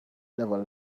never